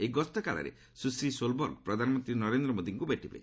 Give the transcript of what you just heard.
ଏହି ଗସ୍ତକାଳରେ ସ୍ୱଶ୍ରୀ ସୋଲବର୍ଗ ପ୍ରଧାନମନ୍ତ୍ରୀ ନରେନ୍ଦ୍ର ମୋଦିଙ୍କୁ ଭେଟିବେ